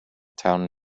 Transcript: town